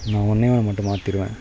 நான் ஒன்றே ஒன்றை மட்டும் மாற்றிருவேன்